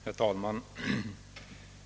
Herr talman!